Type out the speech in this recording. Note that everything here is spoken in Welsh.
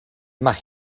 mae